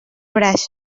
braç